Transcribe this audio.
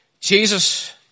Jesus